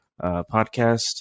Podcast